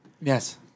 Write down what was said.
Yes